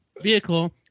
vehicle